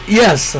yes